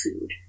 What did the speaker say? food